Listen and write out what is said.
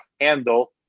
handle